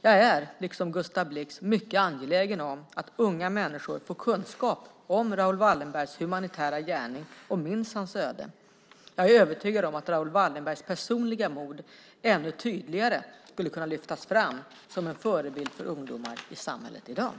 Jag är, liksom Gustav Blix, mycket angelägen om att unga människor får kunskap om Raoul Wallenbergs humanitära gärning och minns hans öde. Jag är övertygad om att Raoul Wallenbergs personliga mod ännu tydligare skulle kunna lyftas fram som en förebild för ungdomar i samhället i dag.